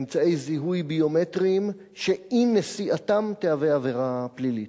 אמצעי זיהוי ביומטריים שאי-נשיאתם תהווה עבירה פלילית.